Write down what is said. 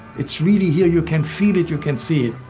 it's really here you can feel it, you can see it.